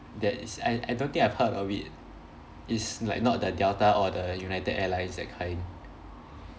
that is I I don't think I've heard of it it's like not the delta or the united airlines that kind